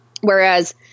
Whereas